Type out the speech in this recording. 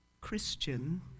christian